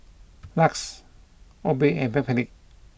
Lux Obey and Backpedic